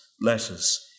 letters